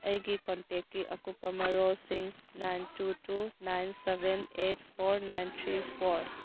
ꯑꯩꯒꯤ ꯀꯟꯇꯦꯛꯀꯤ ꯑꯀꯨꯞꯄ ꯃꯔꯣꯜꯁꯤꯡ nine two two nine seven eight four nine three four